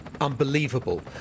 unbelievable